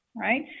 right